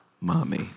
mommy